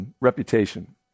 reputation